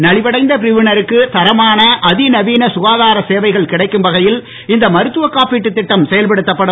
நலிவடைந்த பிரிவினருக்கு தரமான அதிநவீன சுகாதாரச் சேவைகள் கிடைக்கும் வகையில் இந்த மருத்துவ காப்பீட்டு திட்டம் செயல்படுத்தப்படும்